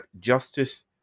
justice